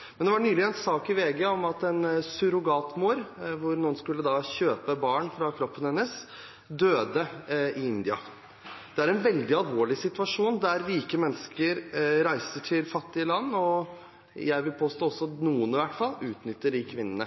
men jeg spurte hva han kan gjøre. SV er enig i at vi ikke skal gå direkte inn for straff for surrogati i utlandet. Det var nylig en sak i VG om at en surrogatmor – noen skulle kjøpe barn fra kroppen hennes – døde i India. Det er en veldig alvorlig situasjon. Rike mennesker reiser til fattige land og – jeg vil påstå at i hvert fall noen – utnytter de kvinnene.